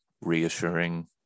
reassuring